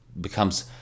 becomes